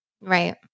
Right